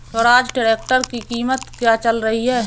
Swaraj tractor की कीमत क्या चल रही है?